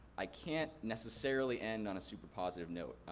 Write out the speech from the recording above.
i can't necessarily end on a super positive note.